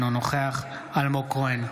אינו נוכח אלמוג כהן,